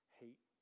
hate